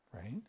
right